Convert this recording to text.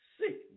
sickness